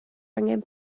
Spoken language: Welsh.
angen